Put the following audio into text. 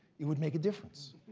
it would make a difference.